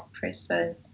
person